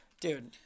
dude